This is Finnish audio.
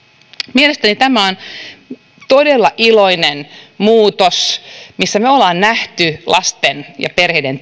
mielestäni tämä on todella iloinen muutos missä me olemme nähneet lasten ja perheiden